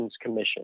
commission